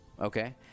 Okay